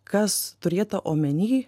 kas turėta omeny